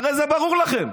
הרי זה ברור לכם.